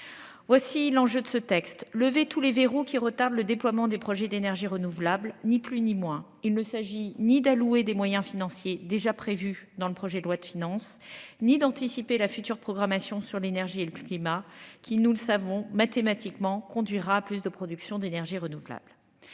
Voici l'enjeu de ce texte lever tous les verrous qui retardent le déploiement des projets d'énergies renouvelables, ni plus ni moins. Il ne s'agit ni d'allouer des moyens financiers déjà prévu dans le projet de loi de finances, ni d'anticiper la future programmation sur l'énergie et le climat qui, nous le savons mathématiquement conduira plus de production d'énergie renouvelable.